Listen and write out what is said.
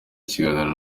ikiganiro